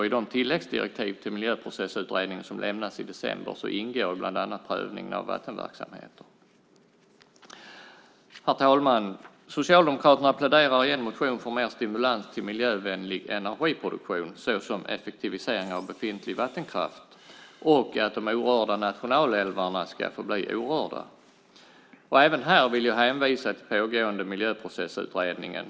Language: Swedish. I de tilläggsdirektiv till Miljöprocessutredningen som lämnades i december ingår bland annat prövning av vattenverksamheter. Herr talman! Socialdemokraterna pläderar i en motion för mer stimulans till miljövänlig energiproduktion, såsom effektivisering av befintlig vattenkraft och att de orörda nationalälvarna ska få bli orörda. Även här vill jag hänvisa till den pågående miljöprocessutredningen.